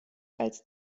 als